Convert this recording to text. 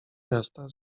miasta